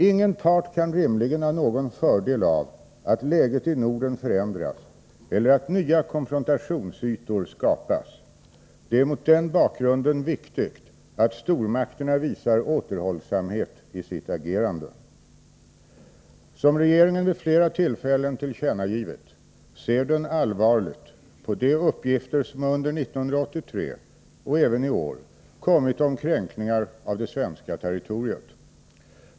Ingen part kan rimligen ha någon fördel av att läget i Norden förändras eller att nya konfrontationsytor skapas. Det är mot den bakgrunden viktigt att stormakterna visar återhållsamhet i sitt agerande. Som regeringen vid flera tillfällen tillkännagivit, ser den allvarligt på de uppgifter som under 1983 och även i år kommit om kränkningar av det svenska territoriet.